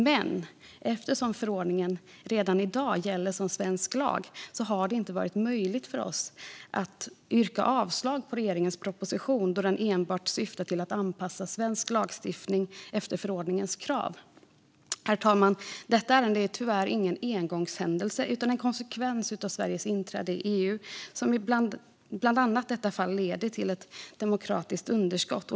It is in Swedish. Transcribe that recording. Men eftersom förordningen redan i dag gäller som svensk lag har det inte varit möjligt för oss att yrka avslag på regeringens proposition, då den enbart syftar till att anpassa svensk lagstiftning efter förordningens krav. Herr talman! Detta ärende är tyvärr ingen engångshändelse utan en konsekvens av Sveriges inträde i EU som i bland annat detta fall leder till ett demokratiskt underskott.